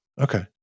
Okay